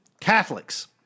Catholics